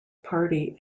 party